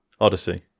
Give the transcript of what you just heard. Odyssey